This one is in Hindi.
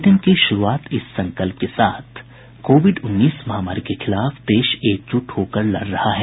ब्रलेटिन की श्रूआत इस संकल्प के साथ कोविड उन्नीस महामारी के खिलाफ देश एकजुट होकर लड़ रहा है